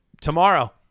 tomorrow